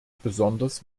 besonders